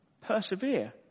Persevere